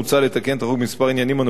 מוצע לתקן את החוק בעניינים מספר הנוגעים